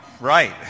right